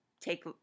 take